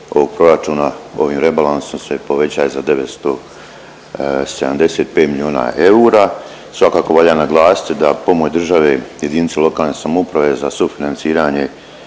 ovog proračuna ovim rebalansom se povećaje za 975 miliona eura. Svakako valja naglasiti da pomoć države jedinici lokalne samouprave za sufinanciranje